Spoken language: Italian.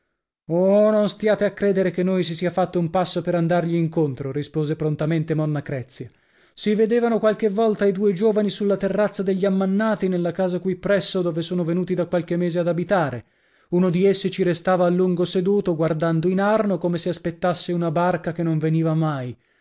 non stiate a credere che noi si sia fatto un passo per andargli incontro rispose prontamente monna crezia si vedevano qualche volta i due giovani sulla terrazza degli ammannati nella casa qui presso dove sono venuti da qualche mese ad abitare uno di essi ci restava a lungo seduto guardando in arno come se aspettasse una barca che non veniva mai